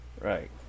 Right